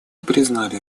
признали